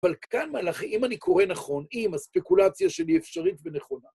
אבל כאן מהלך, אם אני קורא נכון, אם הספקולציה שלי אפשרית ונכונה.